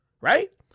right